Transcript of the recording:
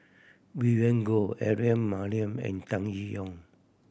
Vivien Goh Aaron Maniam and Tan Yee Hong